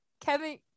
kevin